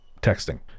texting